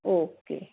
okay